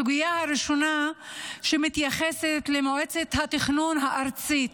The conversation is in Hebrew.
הסוגיה הראשונה מתייחסת למועצת התכנון הארצית,